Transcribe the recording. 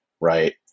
right